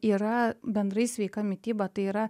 yra bendrai sveika mityba tai yra